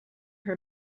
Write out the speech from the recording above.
her